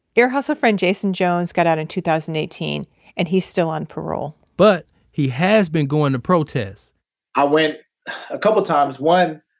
ear hustle friend jason jones got out in two thousand and eighteen and he's still on parole but he has been going to protest i went a couple times. one,